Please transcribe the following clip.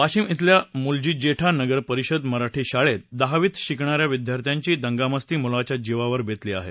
वाशिम खिल्या मूलजीजेठा नगर परिषद मराठी शाळेत दहावीत शिकणाऱ्या विद्यार्थ्यांची दंगामस्ती मूलाच्या जीवावर बेतली आहे